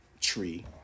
tree